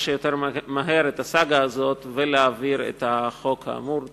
שיותר מהר את הסאגה הזאת ולהעביר את החוק האמור.